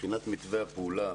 מבחינת מתווה הפעולה.